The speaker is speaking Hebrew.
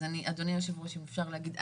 אדוני, היושב-ראש, אם אפשר להגיד.